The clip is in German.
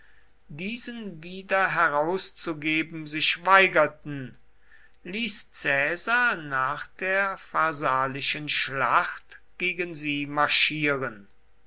diesen wiederherauszugeben sich weigerten ließ caesar nach der pharsalischen schlacht gegen sie marschieren